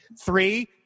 three